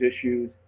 issues